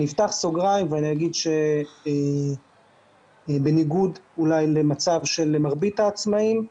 אני אפתח סוגריים ואני אגיד שבניגוד למצב של מרבית העצמאיים,